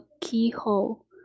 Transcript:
keyhole